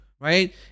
right